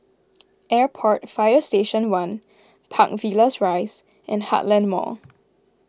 Airport Fire Station one Park Villas Rise and Heartland Mall